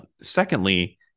Secondly